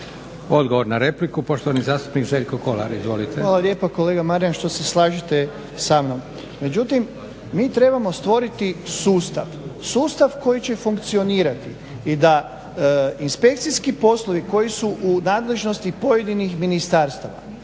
Odgovor na repliku, poštovani zastupnik Željko Kolar. Izvolite. **Kolar, Željko (SDP)** Hvala lijepa kolega Marijan što se slažete sa mnom. Međutim, mi trebamo stvoriti sustav, sustav koji će funkcionirati i da inspekcijski poslovi koji su u nadležnosti pojedinih ministarstava,